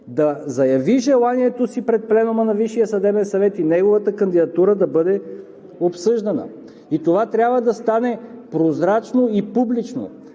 да заяви желанието си пред пленума на Висшия съдебен съвет и неговата кандидатура да бъде обсъждана. Това трябва да стане прозрачно и публично.